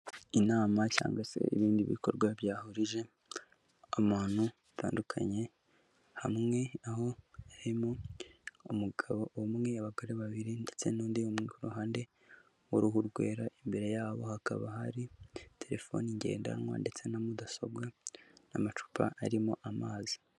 Inama cyangwa se ibindi bikorwa byahurije abantu batandukanye hamwe, aho harimo umugabo umwe, abagore babiri ndetse n'undi umwe ku ruhande w'uruhu rwera, imbere yabo hakaba hari telefone ngendanwa ndetse na mudasobwa n'amacupa arimo amazi.